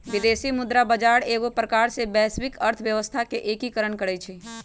विदेशी मुद्रा बजार एगो प्रकार से वैश्विक अर्थव्यवस्था के एकीकरण करइ छै